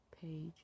Page